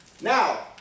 Now